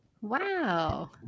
Wow